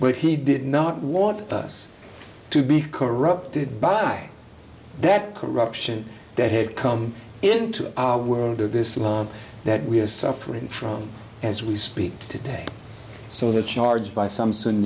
but he did not want us to be corrupted by that corruption that had come into our world of islam that we are suffering from as we speak today so the charge by some